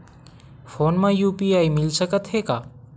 Phone मा UPI मिल सकत हे का?